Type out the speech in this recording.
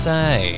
Say